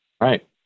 Right